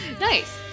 nice